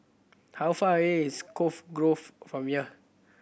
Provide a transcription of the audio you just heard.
how far away is Cove Grove from here